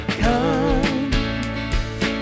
come